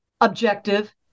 objective